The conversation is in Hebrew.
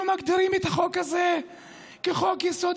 כשניסו